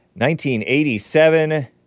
1987